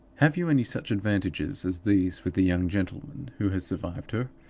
have you any such advantages as these with the young gentleman who has survived her?